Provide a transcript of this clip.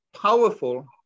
powerful